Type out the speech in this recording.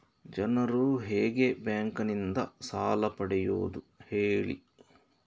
ಜನರು ಹೇಗೆ ಬ್ಯಾಂಕ್ ನಿಂದ ಸಾಲ ಪಡೆಯೋದು ಹೇಳಿ